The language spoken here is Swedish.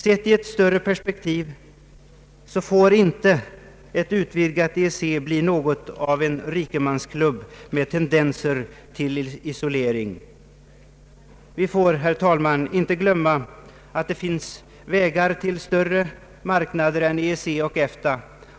Sett i ett större perspektiv får inte ett utvidgat EEC bliva något av en rikemansklubb med tendenser till isolering. Vi får, herr talman, inte glömma att det finns vägar till större marknader än EEC och EFTA.